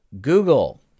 Google